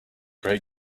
great